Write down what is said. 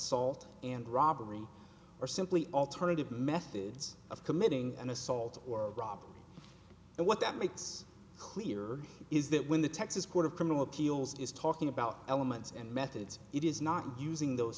ult and robbery are simply alternative methods of committing an assault or rob and what that makes clear is that when the texas court of criminal appeals is talking about elements and methods it is not using those